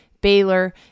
Baylor